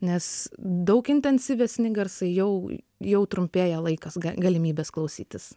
nes daug intensyvesni garsai jau jau trumpėja laikas ga galimybės klausytis